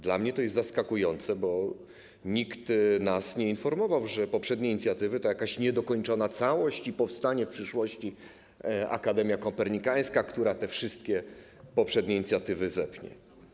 Dla mnie to jest zaskakujące, bo nikt nas nie informował, że poprzednie inicjatywy to jakaś niedokończona całość i powstanie w przyszłości Akademia Kopernikańska, która te wszystkie poprzednie inicjatywy zepnie.